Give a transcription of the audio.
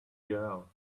girl